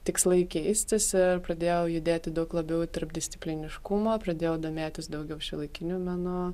tikslai keistis ir pradėjau judėti daug labiau į tarpdiscipliniškumą pradėjau domėtis daugiau šiuolaikiniu menu